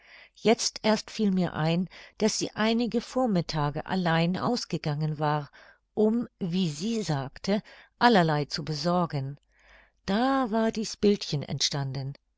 jetzt erst fiel mir ein daß sie einige vormittage allein ausgegangen war um wie sie sagte allerlei zu besorgen da war dies bildchen entstanden